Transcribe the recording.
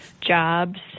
jobs